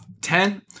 ten